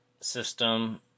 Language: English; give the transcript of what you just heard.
system